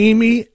Amy